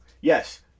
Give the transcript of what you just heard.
yes